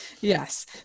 Yes